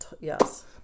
yes